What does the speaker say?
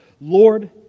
Lord